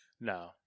No